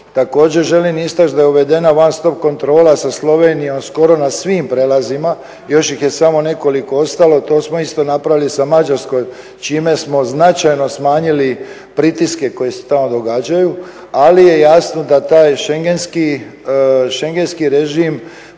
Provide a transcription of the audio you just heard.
Također želim istaći da je uvedena … kontrola sa Slovenijom skoro na svim prelazima, još ih je samo nekoliko ostalo. To smo isto napravili sa Mađarskom, čime smo značajno smanjili pritiske koji se tamo događaju, ali je jasno da taj schengenski režim